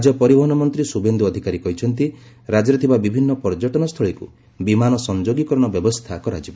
ରାଜ୍ୟ ପରିବହନ ମନ୍ତ୍ରୀ ଶୁଭେନ୍ଦୁ ଅଧିକାରୀ କହିଛନ୍ତି ରାଜ୍ୟରେ ଥିବା ବିଭିନ୍ନ ପର୍ଯ୍ୟଟନସ୍ଥଳୀକୁ ବିମାନ ସଂଯୋଗୀକରଣ ବ୍ୟବସ୍ଥା କରାଯିବ